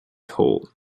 toll